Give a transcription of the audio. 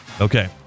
Okay